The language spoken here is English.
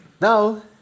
Now